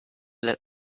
let